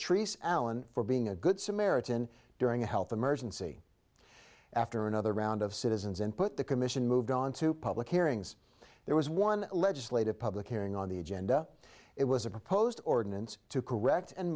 e allen for being a good samaritan during a health emergency after another round of citizens input the commission moved on to public hearings there was one legislative public hearing on the agenda it was a proposed ordinance to correct and